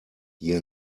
hier